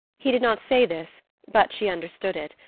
he did not say this, but she understood it,